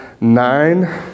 nine